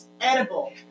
edible